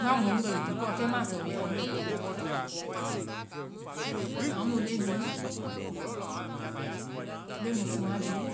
Mua mɔ nu bɛ tona wi dukɔɔ, kɛ ŋ maa sɔ wi anu bɛ tona kaŋmu. Amu leŋ bhii, leŋ musuma bhii,